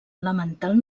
elemental